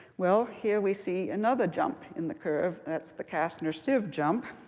well, here we see another jump in the curve. that's the kastner-sive jump.